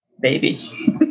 baby